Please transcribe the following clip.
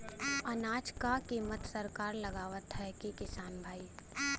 अनाज क कीमत सरकार लगावत हैं कि किसान भाई?